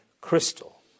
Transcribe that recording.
crystal